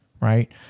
right